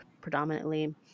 predominantly